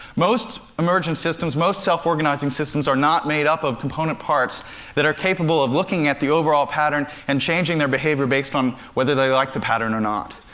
most emergent systems, most self-organizing systems are not made up of component parts that are capable of looking at the overall pattern and changing their behavior based on whether they like the pattern or not.